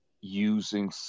using